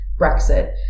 Brexit